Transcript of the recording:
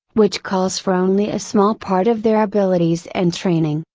which calls for only a small part of their abilities and training,